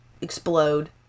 explode